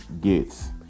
gates